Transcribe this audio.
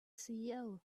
ceo